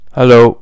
hello